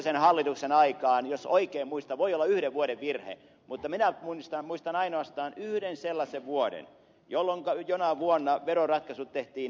vanhasen ykköshallituksen aikaan jos oikein muistan voi olla yhden vuoden virhe muistan ainoastaan yhden sellaisen vuoden jona vuonna veroratkaisut tehtiin näin painotettuna